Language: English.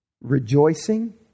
Rejoicing